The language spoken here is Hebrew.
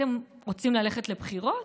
אתם רוצים ללכת לבחירות?